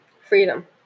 Freedom